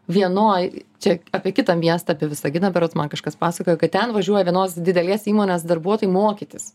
vienoj čia apie kitą miestą apie visaginą berods man kažkas pasakojo kad ten važiuoja vienos didelės įmonės darbuotojai mokytis